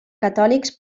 catòlics